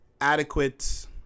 adequate